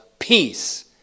Peace